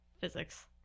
Physics